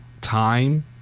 time